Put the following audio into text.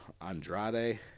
Andrade